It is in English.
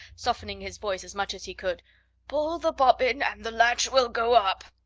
softening his voice as much as he could pull the bobbin, and the latch will go up.